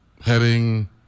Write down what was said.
heading